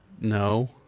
No